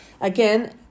again